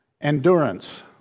endurance